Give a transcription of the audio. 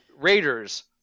Raiders